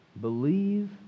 Believe